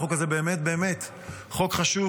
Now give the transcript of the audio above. החוק הזה באמת חוק חשוב,